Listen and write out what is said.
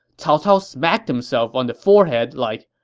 cao cao smacked himself on the forehead like,